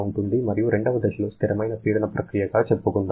మరియు రెండవ దశలో స్థిరమైన పీడన ప్రక్రియగా చెప్పుకుందాం